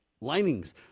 linings